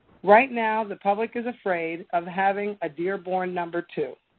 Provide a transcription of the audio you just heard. right now, the public is afraid of having a dearborn number two.